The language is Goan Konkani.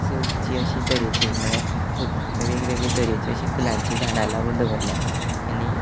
सोंपचीं अशीं तरेचीं म्हळ्ळ्यार सोब वेगळीं वेगळीं तरेचीं अशीं फुलांचीं झाडां लावून दवरल्यात आनी